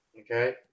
Okay